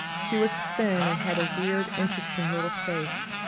she was thin, and had a weird, interesting little face,